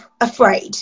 afraid